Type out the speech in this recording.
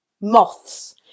Moths